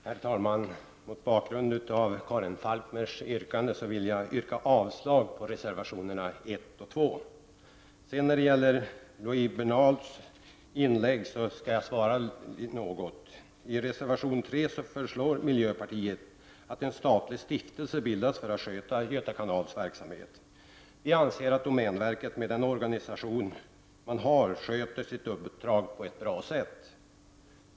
Herr talman! Mot bakgrund av vad Karin Falkmer sade yrkar jag avslag på reservationerna 1 och 2. Loui Bernals inlägg skall jag beröra något. I reservation 3 föreslår miljöpartiet att en statlig stiftelse bildas för att sköta Göta kanals verksamhet. Vi anser att domänverket med den organisation man har sköter sitt uppdrag på ett bra sätt.